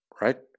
Right